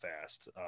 fast